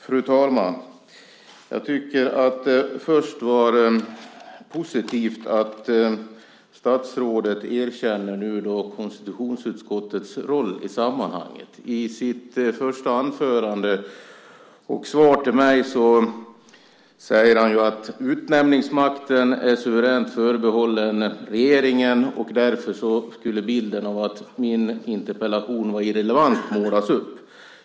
Fru talman! Jag tycker först att det var positivt att statsrådet nu erkänner konstitutionsutskottets roll i sammanhanget. I sitt första anförande och svar till mig säger han att utnämningsmakten är suveränt förbehållen regeringen. Därför skulle bilden av att min interpellation var irrelevant målas upp.